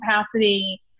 capacity